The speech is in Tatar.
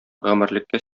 гомерлеккә